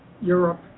Europe